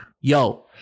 Yo